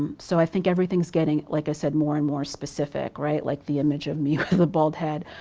so i think everything's getting, like i said, more and more specific, right. like the image of me with a bald head.